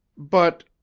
but,